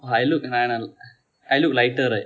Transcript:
I look நான்:naan I look lighter right